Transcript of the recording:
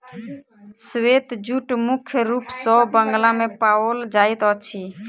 श्वेत जूट मुख्य रूप सॅ बंगाल मे पाओल जाइत अछि